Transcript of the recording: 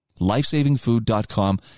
Lifesavingfood.com